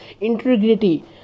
Integrity